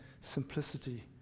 simplicity